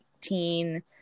teen